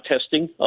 testing